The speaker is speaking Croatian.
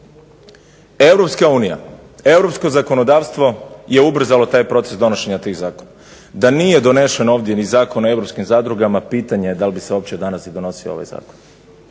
Europska unija, europsko zakonodavstvo je ubrzalo taj proces donošenja tih zakona. Da nije donešen ovdje ni Zakon o europskim zadrugama pitanje je da li bi se uopće danas i donosio ovaj zakon.